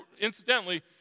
Incidentally